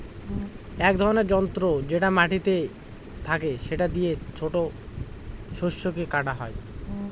এক ধরনের যন্ত্র যেটা মাটিতে থাকে সেটা দিয়ে ছোট শস্যকে কাটা হয়